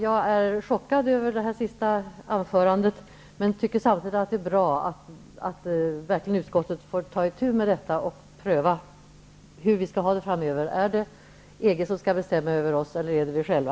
Jag är chockad av det senaste anförandet, men tycker samtidigt att det är bra att utskottet verkligen får ta itu med detta och pröva hur vi skall ha det framöver -- är det EG som skall bestämma över oss eller är det vi själva?